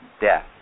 death